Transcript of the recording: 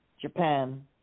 Japan